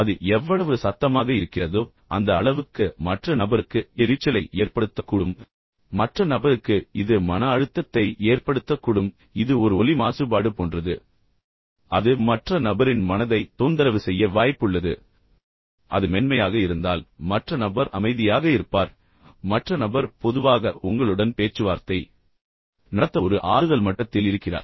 அது எவ்வளவு சத்தமாக இருக்கிறதோ அந்த அளவுக்கு மற்ற நபருக்கு எரிச்சலை ஏற்படுத்தக்கூடும் மற்ற நபருக்கு இது மன அழுத்தத்தை ஏற்படுத்தக்கூடும் இது ஒரு ஒலி மாசுபாடு போன்றது அது மற்ற நபரின் மனதை தொந்தரவு செய்ய வாய்ப்புள்ளது அது மென்மையாக இருந்தால் மற்ற நபர் அமைதியாக இருப்பார் பின்னர் மற்ற நபர் பொதுவாக உங்களுடன் பேச்சுவார்த்தை நடத்த ஒரு ஆறுதல் மட்டத்தில் இருக்கிறார்